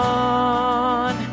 on